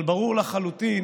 אבל ברור לחלוטין